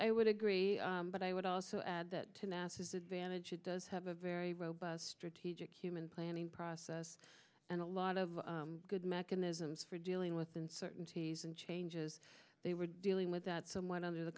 i would agree but i would also add that to match his advantage it does have a very robust strategic human planning process and a lot of good mechanisms for dealing with uncertainties and changes they were dealing with that someone under the